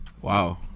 Wow